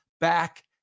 back